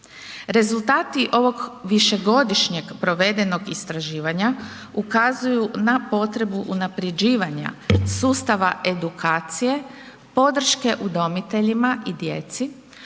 Rezultati ovog višegodišnje provedenog istraživanja ukazuju na potrebu unaprjeđivanja sustava edukacije, podrške udomiteljima,